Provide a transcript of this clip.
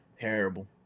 terrible